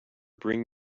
bring